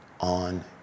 on